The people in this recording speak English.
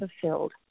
fulfilled